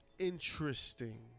Interesting